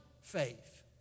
faith